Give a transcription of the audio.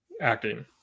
acting